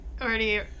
already